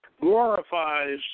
glorifies